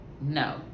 No